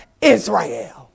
Israel